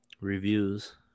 reviews